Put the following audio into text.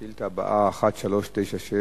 השאילתא הבאה, 1396,